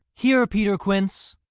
here, peter quince.